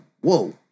whoa